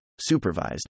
Supervised